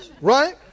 Right